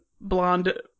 blonde